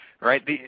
right